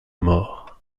mort